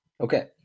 Okay